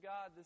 God